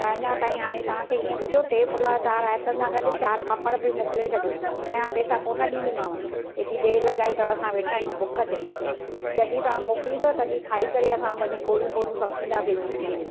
त अञा ताईं हाणे तव्हांखे ईअं कजो टे पुलाउ चारि रायतनि सां गॾु चारि पापड़ बि मोकिले छॾियो उन जा पैसा कोन ॾींदीमांव एॾी देरि लॻाई अथव असां वेठा आहियूं बुख ते जॾहिं तव्हां मोकिलींदव तॾहिं खाई करे असां वरी गोरियूं बोरियूं फकींदा से बीपीअ जूं